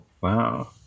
Wow